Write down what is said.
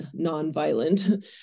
nonviolent